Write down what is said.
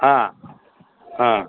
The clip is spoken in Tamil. ஆ ஆ